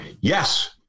yes